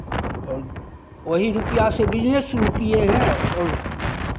और वही रुपैया से बिज़नेस शुरू किए हैं और